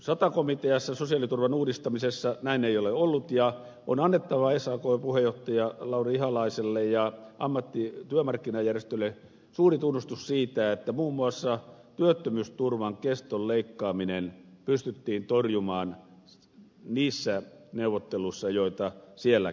sata komiteassa sosiaaliturvan uudistamisessa näin ei ole ollut ja on annettava sakn puheenjohtaja lauri ihalaiselle ja työmarkkinajärjestöille suuri tunnustus siitä että muun muassa työttömyysturvan keston leikkaaminen pystyttiin torjumaan niissä neuvotteluissa joita siellä käytiin